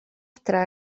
adre